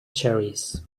cherries